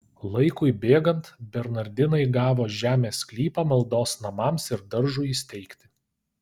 laikui bėgant bernardinai gavo žemės sklypą maldos namams ir daržui įsteigti